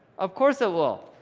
of course it will.